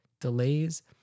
delays